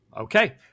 Okay